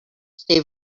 stay